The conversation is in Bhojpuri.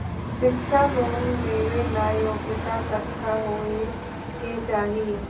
शिक्षा लोन लेवेला योग्यता कट्ठा होए के चाहीं?